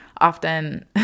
Often